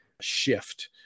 shift